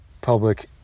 public